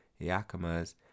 Yakimas